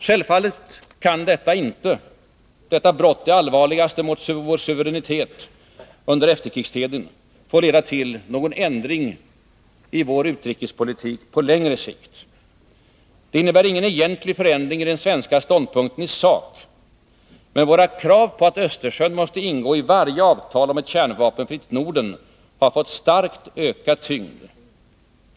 Självfallet kan emellertid detta, det allvarligaste brott mot vår suveränitet som ägt rum under efterkrigstiden, inte få leda till någon ändring i vår utrikespolitik på längre sikt. Det innebär ingen egentlig förändring i den svenska ståndpunkten i sak, men våra krav på att Östersjön måste ingå i varje avtal om ett kärnvapenfritt Norden har fått starkt ökad tyngd.